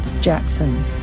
Jackson